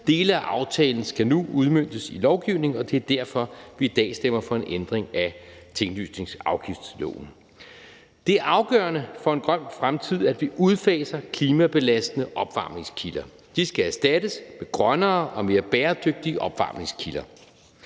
Dele af aftalen skal nu udmøntes i lovgivningen, og det er derfor, vi i dag stemmer for en ændring af tinglysningsafgiftsloven. Det er afgørende for en grøn fremtid, at vi udfaser klimabelastende opvarmningskilder. De skal erstattes med grønnere og mere bæredygtige opvarmningskilder.